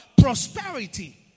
prosperity